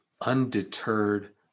undeterred